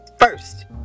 First